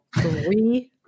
three